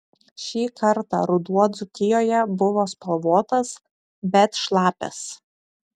šį kartą ruduo dzūkijoje buvo spalvotas bet šlapias